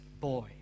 boy